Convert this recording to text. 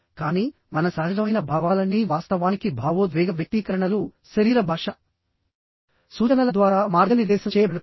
కానీ మన సహజమైన భావాలన్నీ వాస్తవానికి భావోద్వేగ వ్యక్తీకరణలు శరీర భాషా సూచనల ద్వారా మార్గనిర్దేశం చేయబడతాయి